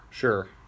Sure